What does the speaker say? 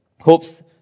hopes